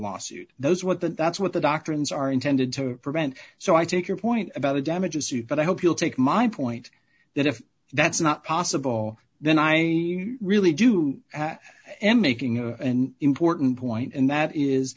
lawsuit those what that that's what the doctrines are intended to prevent so i take your point about the damages you but i hope you'll take my point that if that's not possible then i really do and making a and important point and that is